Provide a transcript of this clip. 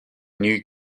new